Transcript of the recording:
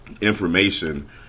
information